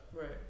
Right